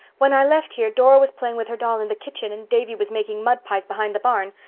when i left here dora was playing with her doll in the kitchen and davy was making mud pies behind the barn.